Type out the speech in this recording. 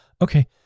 Okay